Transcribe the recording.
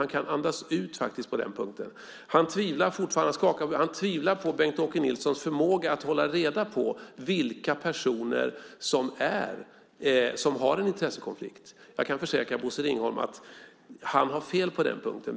Han kan faktiskt andas ut på den punkten. Han skakar på huvudet. Han tvivlar fortfarande på Bengt-Åke Nilssons förmåga att hålla reda på vilka personer som har en intressekonflikt. Jag kan försäkra Bosse Ringholm om att han har fel på den punkten.